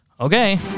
Okay